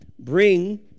Bring